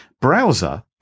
browser